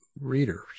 readers